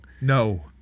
No